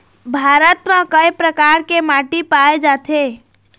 भारत म कय प्रकार के माटी पाए जाथे?